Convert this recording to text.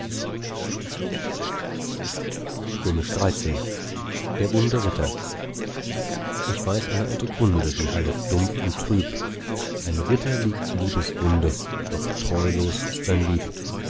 der wunde ritter ich weiß eine alte kunde die hallet dumpf und trüb ein ritter liegt liebeswunde doch treulos ist sein lieb